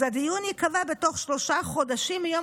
אז הדיון ייקבע בתוך שלושה חודשים מיום